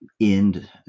end